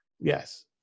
yes